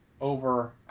over